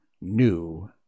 new